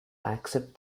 accept